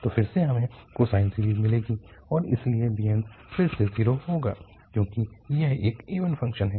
तो फिर हमें कोसान सीरीज़ मिलेगी और इसलिए bns फिर से 0 होगा क्योंकि यह एक इवन फ़ंक्शन है